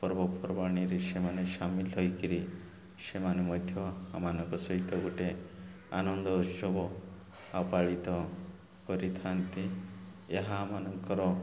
ପର୍ବପର୍ବାଣୀରେ ସେମାନେ ସାମିଲ ହେଇକିରି ସେମାନେ ମଧ୍ୟ ଆମାନଙ୍କ ସହିତ ଗୋଟେ ଆନନ୍ଦ ଉତ୍ସବ ଆଉ ପାଳିତ କରିଥାନ୍ତି ଏହା ଆମ ମାନଙ୍କର